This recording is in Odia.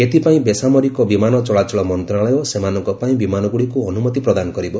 ଏଥିପାଇଁ ବେସାମରିକ ବିମାନ ଚଳାଚଳ ମନ୍ତ୍ରଣାଳୟ ସେମାନଙ୍କ ପାଇଁ ବିମାନଗୁଡ଼ିକୁ ଅନୁମତି ପ୍ରଦାନ କରିବ